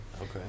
Okay